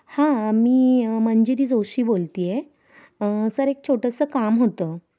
हां मी मंजिरी जोशी बोलते आहे सर एक छोटंसं काम होतं